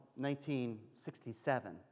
1967